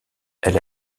elle